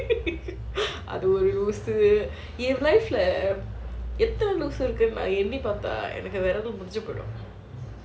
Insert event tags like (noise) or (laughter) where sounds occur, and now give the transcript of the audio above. (laughs) அது ஒரு லூசு ஏற்கனவே எத்தனை லூசு இருக்கு நான் எண்ணி பார்த்தா எனக்கு வருஷமே முடிஞ்சி போய்டும்:adhu oru loosu erkanavae ethanai loosu irukunu naan ennai paartha enakku varushamae mudinji poyidum